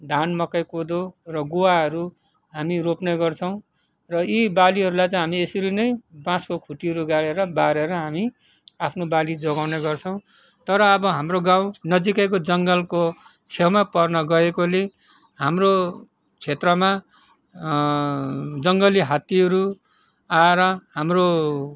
धान मकै कोदो र गुवाहरू हामी रोप्ने गर्छौँ र यी बालीहरूलाई चाहिँ हामी यसरी नै बाँसको खुट्टीहरू गाडेर बारेर हामी आफ्नो बाली जोगाउने गर्छौँ तर अब हाम्रो गाउँनजिकैको जङ्गलको छेउमा पर्नगएकोले हाम्रो क्षेत्रमा जङ्गली हात्तीहरू आएर हाम्रो